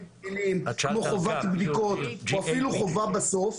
כמו חובת בדיקות או אפילו חובה בסוף,